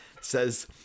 says